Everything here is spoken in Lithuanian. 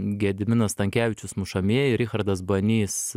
gediminas stankevičius mušamieji richardas banys